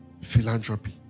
Philanthropy